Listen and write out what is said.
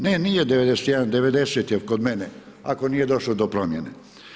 Ne nije 91., 90. je kod mene ako nije došlo do promjene.